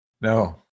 No